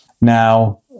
Now